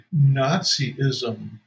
Nazism